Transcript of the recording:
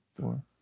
four